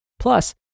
Plus